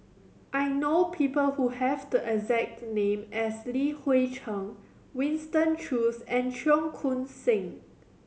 I know people who have the exact name as Li Hui Cheng Winston Choos and Cheong Koon Seng